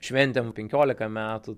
šventėm penkiolka metų